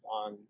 on